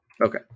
Okay